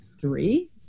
three